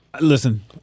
Listen